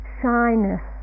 shyness